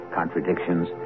contradictions